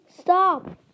Stop